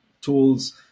tools